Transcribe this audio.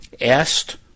asked